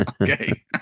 Okay